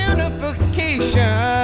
Unification